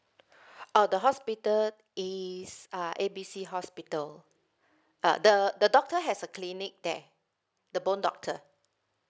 oh the hospital is uh A B C hospital uh the the doctor has a clinic there the bone doctor